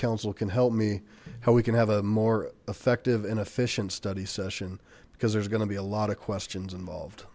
council can help me how we can have a more effective and efficient study session because there's gonna be a lot of questions involved